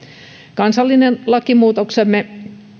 kansallinen lakimuutoksemme